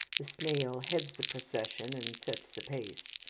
the snail heads the procession and sets the pace.